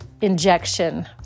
injection